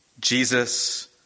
Jesus